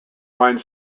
wine